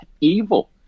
evil